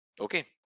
okay